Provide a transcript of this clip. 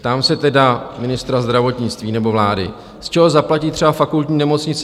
Ptám se tedy ministra zdravotnictví nebo vlády, z čeho zaplatí třeba Fakultní nemocnice